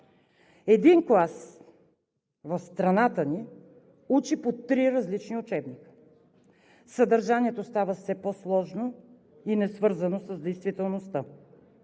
един клас в страната ни учи по три различни учебника; съдържанието става все по-сложно и несвързано с действителността;